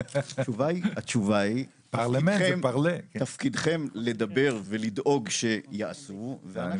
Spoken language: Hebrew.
התשובה היא תפקידכם לדבר ולדאוג שיעשו ואנחנו צריכים לעשות.